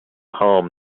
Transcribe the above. harm